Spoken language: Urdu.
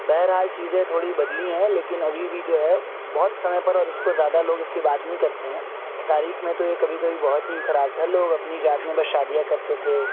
بہرحال چیزیں تھوڑی بدلی ہیں لیکن ابھی بھی جو ہے بہت سمے پر اور اس کو زیادہ لوگ اس کی بات نہیں کرتے ہیں تاریخ میں تو یہ کبھی کبھی بہت ہی کھراب تھا لوگ اپنی جات میں بس شادیاں کرتے تھے